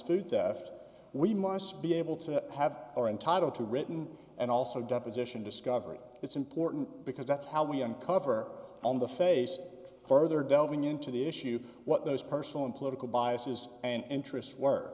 food that if we must be able to have are entitled to a written and also deposition discovery it's important because that's how we uncover on the face further delving into the issue you what those personal and political biases and interests w